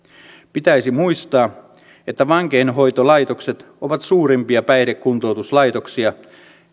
pitäisi muistaa että vankeinhoitolaitokset ovat suurimpia päihdekuntoutuslaitoksia